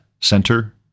center